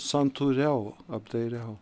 santūriau apdairiau